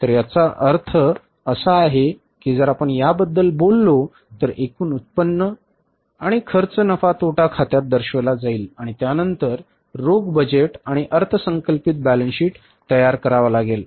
तर याचा अर्थ असा आहे की जर आपण याबद्दल बोललो तर एकूण उत्पन्न आणि खर्च नफा आणि तोटा खात्यात दर्शविला जाईल आणि त्यानंतर रोख बजेट आणि नंतर अर्थसंकल्पित बॅलन्स शीट तयार करावा लागेल